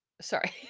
sorry